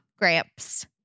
Gramps